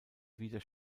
wieder